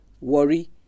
Worry